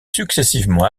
successivement